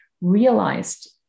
realized